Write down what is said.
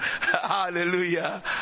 Hallelujah